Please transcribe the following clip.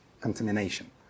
contamination